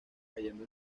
cayendo